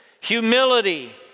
humility